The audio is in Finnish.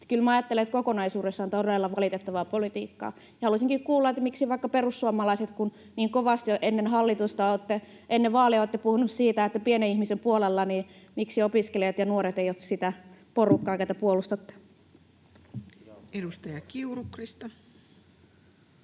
minä ajattelen, että kokonaisuudessaan todella valitettavaa politiikkaa. Ja haluaisinkin kuulla, miksi, perussuomalaiset, kun niin kovasti jo ennen vaaleja olette puhuneet siitä, että olette pienen ihmisen puolella, opiskelijat ja nuoret eivät ole sitä porukkaa, ketä puolustatte. [Speech 380]